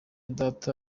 data